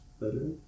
better